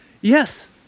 Yes